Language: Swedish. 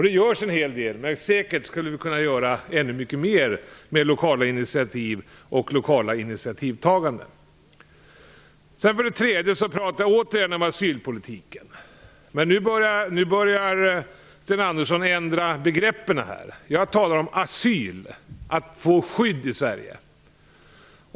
Det görs en hel del, men säkert skulle det gå att göra mycket mer genom lokala inititativ och lokalt initiativtagande. Jag vill återigen ta upp asylpolitiken. Sten Andersson börjar nu att ändra begreppen. Jag talar om asyl, att få skydd i Sverige.